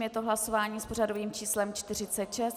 Je to hlasování s pořadovým číslem 46.